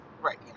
right